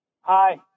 Hi